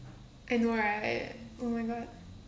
I know right oh my god